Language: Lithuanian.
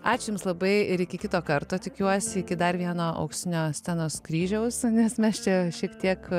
ačiū jums labai ir iki kito karto tikiuosi iki dar vieno auksinio scenos kryžiaus nes mes čia šiek tiek